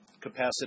capacity